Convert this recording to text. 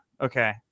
okay